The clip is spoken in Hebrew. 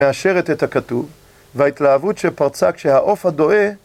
מאשרת את הכתוב וההתלהבות שפרצה כשהעוף הדואה